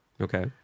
Okay